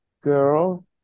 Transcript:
girl